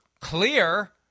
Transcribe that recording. clear